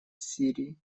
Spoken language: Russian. сирии